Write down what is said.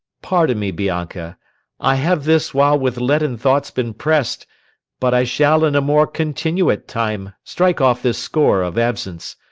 pardon me, bianca i have this while with leaden thoughts been press'd but i shall in a more continuate time strike off this score of absence.